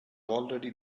already